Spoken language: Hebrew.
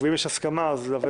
ואם יש הסכמה אז לבטח,